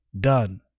done